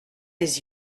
les